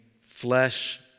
flesh